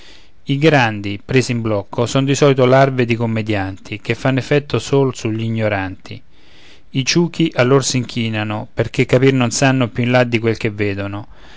i grandi presi in blocco son di solito larve di commedianti che fanno effetto sol sugli ignoranti i ciuchi a lor s'inchinano perché capir non sanno più in là di quel che vedono